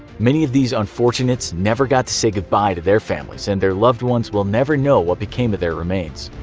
many of these unfortunates never got to say goodbye to their families, and their loved ones will never know what became of their remains.